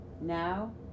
Now